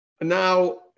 Now